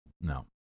No